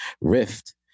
rift